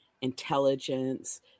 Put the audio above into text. intelligence